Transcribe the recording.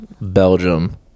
belgium